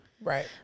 Right